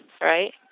right